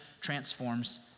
transforms